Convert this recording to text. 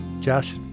Josh